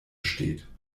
steht